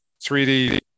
3d